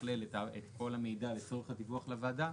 לתכלל את כל המידע לצורך הדיווח לוועדה,